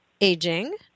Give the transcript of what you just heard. aging